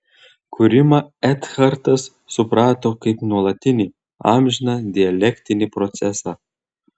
kūrimą ekhartas suprato kaip nuolatinį amžiną dialektinį procesą